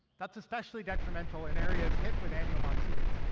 that's especially detrimental in areas hit with annual monsoons.